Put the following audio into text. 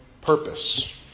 purpose